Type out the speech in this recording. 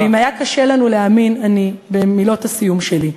ואם היה קשה לנו להאמין, אני במילות הסיום שלי,